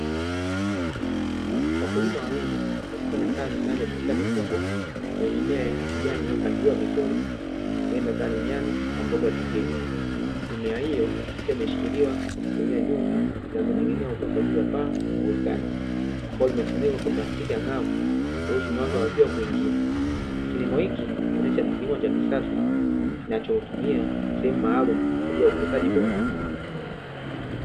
Wakulima wawili wakifanya kazi ndani ya bustani kubwa, yenye mimea ya kijani iliyopangiliwa vizuri, huenda ikawa ni nyanya au mboga zingine. Mimea hiyo ikiwa imeshikiliwa kwa kutumia nyuzi zinazoning’inia kutoka juu ya paa la bustani, ambalo limefunikwa kwa plastiki ang’avu kuruhusu mwanga wa jua kuingia. Kilimo hiki huonyesha ni kilimo cha kisasa kinachotumia sehemu maalumu kwa ajili ya ukuzaji bora.